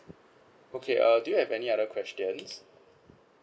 okay err do you have any other questions